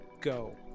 Go